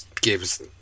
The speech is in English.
gives